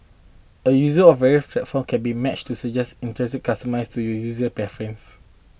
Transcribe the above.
a user of various platforms can be matched to suggested itineraries customised to you user preference